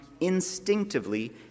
instinctively